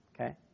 Okay